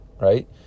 right